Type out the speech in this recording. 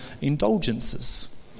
indulgences